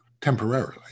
temporarily